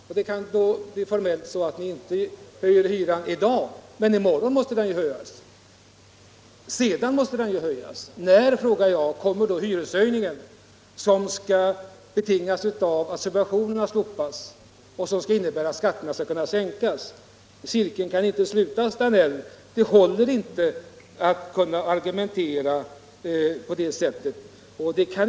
Formellt kan det gå så till att ni inte höjer hyran i dag, men i morgon måste den höjas. När, frågar jag då, kommer hyreshöjningen som betingas av att subventionerna slopas och som gör att skatterna skall kunna sänkas? Cirkeln kan inte slutas, herr Danell. Det håller inte att argumentera på det sättet.